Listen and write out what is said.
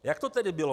Jak to tedy bylo?